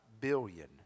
billion